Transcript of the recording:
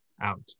out